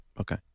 Okay